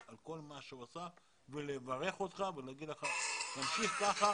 ועושה ולברך אותו ולומר לו שתמשיך כך,